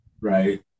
Right